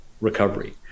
recovery